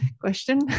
question